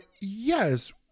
yes